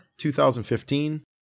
2015